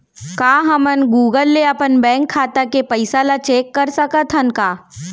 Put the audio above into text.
का हमन गूगल ले अपन बैंक खाता के पइसा ला चेक कर सकथन का?